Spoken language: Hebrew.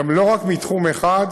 גם לא רק מתחום אחד,